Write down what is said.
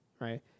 right